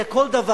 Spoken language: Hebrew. כי על כל דבר,